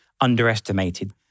underestimated